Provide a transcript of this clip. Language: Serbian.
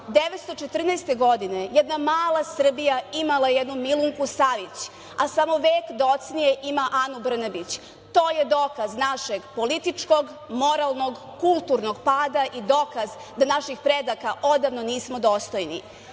1914. godine, jedna mala Srbija imala je jednu Milunku Savić, a samo vek docnije ima Anu Brnabić. To je dokaz našeg političkog, moralnog, kulturnog pada i dokaz, da naših predaka odavno nismo dostojni. Jedina